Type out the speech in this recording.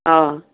ஆ